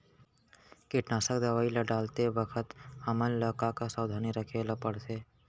कीटनाशक दवई ल डालते बखत हमन ल का का सावधानी रखें ल पड़थे?